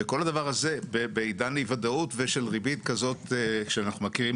וכל הדבר הזה בעידן של אי ודאות ושל ריבית שאנחנו מכירים,